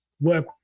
work